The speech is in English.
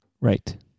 Right